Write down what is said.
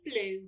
blue